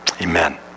Amen